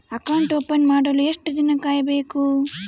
Account open ಮಾಡಲು ಎಷ್ಟು ದಿನ ಕಾಯಬೇಕು?